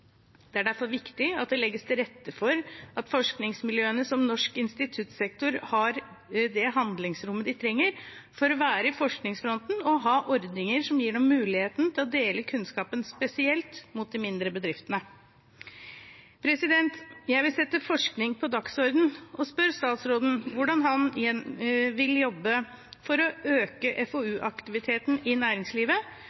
Det er derfor viktig at det legges til rette for at forskningsmiljøene, som norsk instituttsektor, har det handlingsrommet de trenger for å være i forskningsfronten, og har ordninger som gir dem muligheten for å dele kunnskapen, spesielt med de mindre bedriftene. Jeg vil sette forskning på dagsordenen og spør statsråden hvordan han vil jobbe for å øke